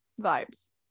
vibes